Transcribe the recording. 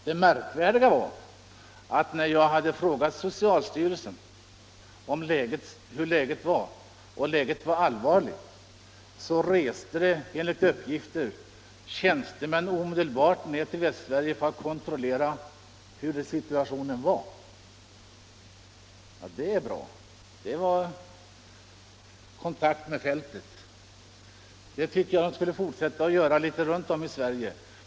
Det märkvärdiga var att när jag hade frågat socialstyrelsen om läget och fått svaret att det var normalt reste enligt uppgift tjänstemän omedelbart till Västsverige för att kontrollera hurudan situationen var. Det är bra — det var kontakt med fältet. Sådana kontakter tycker jag att man skulle ta runt om i Sverige.